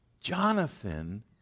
Jonathan